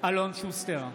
אלון שוסטר,